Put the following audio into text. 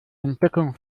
entdeckung